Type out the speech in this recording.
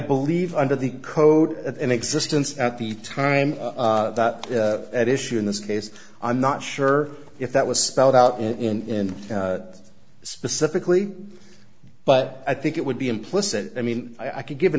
believe under the code in existence at the time at issue in this case i'm not sure if that was spelled out in specifically but i think it would be implicit i mean i could give an